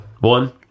one